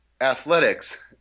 athletics